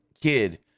kid